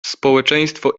społeczeństwo